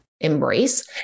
embrace